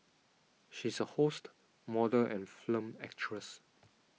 she is a host model and film actress